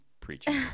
preaching